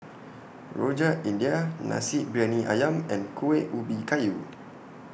Rojak India Nasi Briyani Ayam and Kuih Ubi Kayu